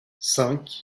cinq